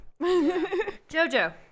jojo